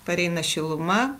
pareina šiluma